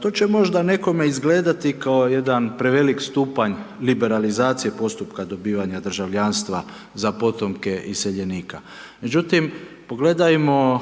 To će možda nekome izgledati kao jedan prevelik stupanj liberalizacije postupka dobivanja državljanstva za potomke iseljenika, međutim, pogledajmo